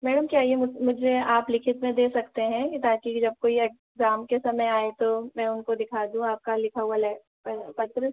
madam क्या ये मुझे आप लिखित में दे सकते हैं ताकि जब कोई एग्ज़ाम के समय आए तो मैं उनको दिखा दूँ आपका लिखा हुआ पत्र